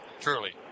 truly